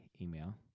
email